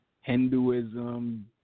Hinduism